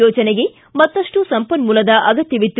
ಯೋಜನೆಗೆ ಮತ್ತಷ್ಟು ಸಂಪನ್ಸೂಲದ ಅಗತ್ತವಿತ್ತು